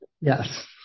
Yes